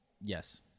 Yes